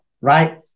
Right